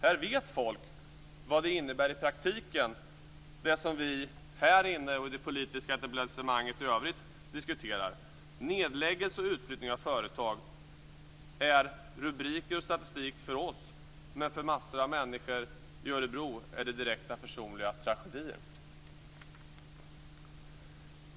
Här vet folk vad det i praktiken innebär som vi här inne och det politiska etablissemanget i övrigt diskuterar. Nedläggningar och utflyttning av företag är rubriker och statistik för oss, men för massor av människor i Örebro län är det direkta personliga tragedier.